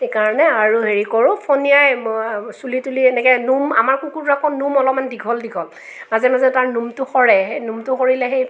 এইকাৰণে আৰু হেৰি কৰোঁ ফণিয়াই মই চুলি তুলি এনেকৈ নোম আমাৰ কুকুৰৰ আকৌ নোম অলপমান দীঘল দীঘল মাজে মাজে তাৰ নোমটো সৰে নোমটো সৰিলে সেই